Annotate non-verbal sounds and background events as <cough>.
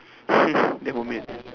<breath> never mind